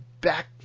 back